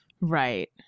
Right